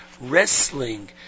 wrestling